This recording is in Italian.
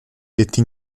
detti